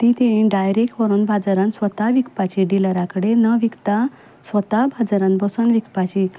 ती तेयेन डायरेक्ट व्हरून बाजारांत स्वता विकपाची डिलरा कडेन न विकता स्वता बाजारांत बसून विकपाची